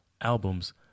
albums